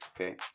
Okay